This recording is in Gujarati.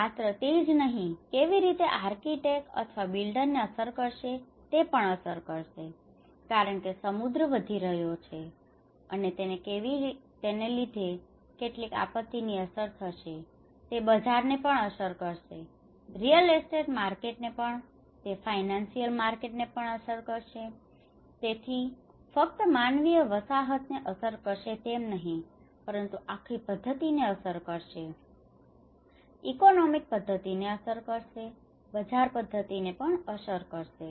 અને માત્ર તે જ નહિ તે કેવી રીતે આર્કીટેક અથવા બિલ્ડર ને અસર કરશે તે અસર કરશે કારણ કે સમુદ્ર વધી રહ્યો છે અને તેને લીધે કેટલાક આપત્તિ ની અસર થશે અને તે બજાર ને પણ અસર કરશે રીયલ એસ્ટેટ માર્કેટ ને પણ તે ફાયનાન્સીયલ માર્કેટ ને પણ અસર કરશે તેથી તે ફક્ત માનવીય વસાહત ને અસર કરશે તેમ નહિ પરંતુ આખી પદ્ધતિ ને અસર કરશે ઇકોનોમિક પદ્ધતિ ને પણ અસર થશે બજાર પદ્ધતિ ને પણ અસર કરે છે